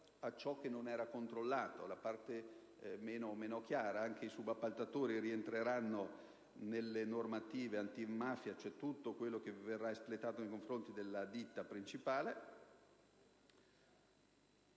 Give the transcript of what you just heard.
a ciò che non era controllato ed era meno chiaro. Anche i subappaltatori rientreranno nelle normative antimafia e in tutto ciò che verrà espletato nei confronti della ditta principale